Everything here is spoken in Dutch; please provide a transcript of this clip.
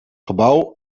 gebouw